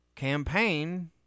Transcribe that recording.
campaign